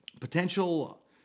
potential